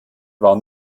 war